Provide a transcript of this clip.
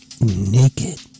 naked